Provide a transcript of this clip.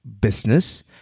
business